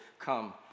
come